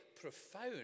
profound